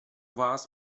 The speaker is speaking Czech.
vás